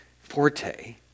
forte